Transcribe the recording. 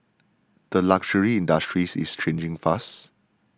the luxury industry's is changing fast